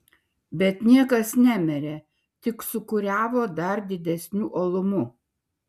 bet niekas nemirė tik sūkuriavo dar didesniu uolumu